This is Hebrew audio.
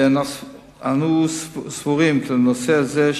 אנו סבורים כי לנושא זה,